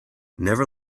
never